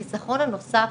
החיסכון הנוסף